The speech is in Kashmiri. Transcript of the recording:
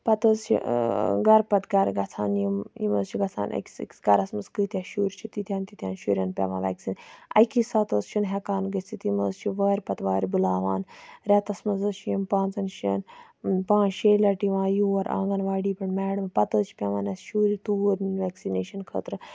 پَتہٕ حظ چھِ گَرٕ پَتہٕ گَرٕ گَژھان یِم یِم حظ چھِ گَژھان أکِس أکِس گَرَس مَنٛز کۭتیاہ شُرۍ چھِ تیٖتیا ہَن تیٖتیا ہَن شُریٚن پیٚوان ویٚکسِنیشَن اَکی ساتہٕ نہ حظ چھِنہ ہیٚکان گٔژھِتھ یِم حظ چھِ وارِ پَتہٕ وارِ بُلاوان ریٚتَس مَنٛز حظ چھِ یِم پانٛژَن شیٚن پانٛژھ شیٚیہِ لَٹہِ یِوان یور آنٛگَن واڈی پیٹھ میڈمہٕ پَتہٕ حظ چھُ پیٚوان اَسہِ شُرۍ تورۍ نِنۍ ویٚکسِنیشَن خٲطرٕ